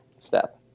step